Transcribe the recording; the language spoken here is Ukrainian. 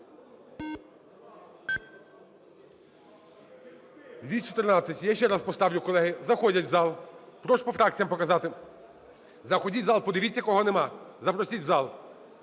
За-214 Я ще раз поставлю. Колеги заходять у зал. Прошу по фракціях показати. Заходіть у зал, подивіться, кого немає, запросіть у зал.